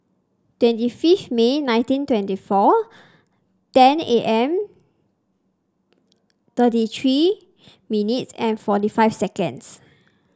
twenty fifth May nineteen twenty four ten am thirty three minutes and forty five seconds